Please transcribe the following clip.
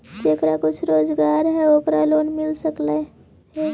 जेकरा कुछ रोजगार है ओकरे लोन मिल है?